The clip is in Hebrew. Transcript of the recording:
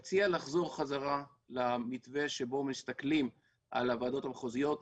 אני מציע לחזור חזרה למתווה שבו מסתכלים על הוועדות המחוזיות,